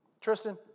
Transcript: Tristan